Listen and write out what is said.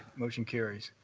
motion carries.